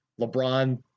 LeBron